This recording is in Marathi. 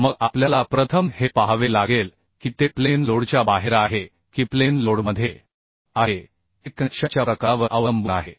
मग आपल्याला प्रथम हे पाहावे लागेल की ते प्लेन लोडच्या बाहेर आहे की प्लेन लोडमध्ये आहे हे कनेक्शनच्या प्रकारावर अवलंबून आहे